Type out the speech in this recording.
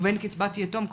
ובין קצבת יתום,